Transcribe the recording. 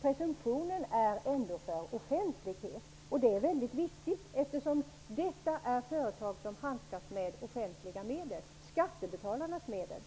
presumtionen är ändå för offentlighet. Det är väldigt viktigt, eftersom detta är företag som handskas med offentliga medel, skattebetalarnas medel.